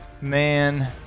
man